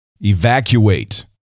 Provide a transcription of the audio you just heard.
evacuate